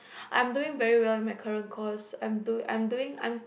I'm doing very well in my current course I'm do I'm doing I'm